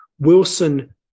Wilson